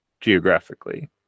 geographically